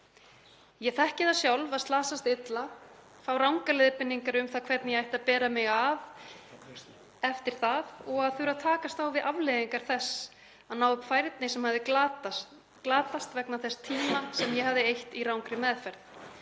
Ég þekki það sjálf að slasast illa, fá rangar leiðbeiningar um það hvernig ég ætti að bera mig að eftir það og þurfa að takast á við afleiðingar þess að ná færni sem hafði glatast vegna þess tíma sem ég hafði eytt í rangri meðferð.